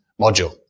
module